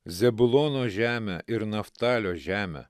zebulono žemę ir naftalio žemę